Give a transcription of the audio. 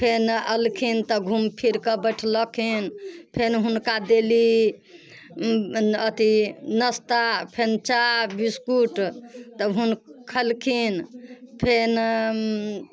फेन अलखिन तऽ घूम फिरके बैठलखिन फेन हुनका देली अथी नस्ता फेन चाह बिस्कुट तब हु खैलखिन फेन